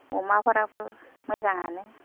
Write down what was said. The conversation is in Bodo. अमाफोराबो मोजाङानो